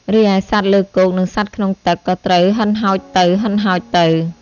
រីឯសត្វលើគោកនិងសត្វក្នុងទឹកក៏ត្រូវហិនហោចទៅៗ។